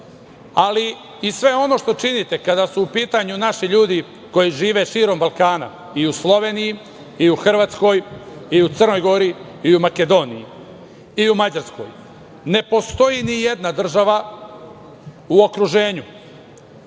ali i sve ono što činite kada su u pitanju naši ljudi koji žive širom Balkana, i u Sloveniji, i u Hrvatskoj, i u Crnoj Gori, i u Makedoniji, i u Mađarskoj. Ne postoji ni jedna država u okruženju